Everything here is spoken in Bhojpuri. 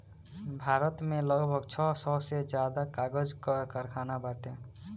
भारत में लगभग छह सौ से ज्यादा कागज कअ कारखाना बाटे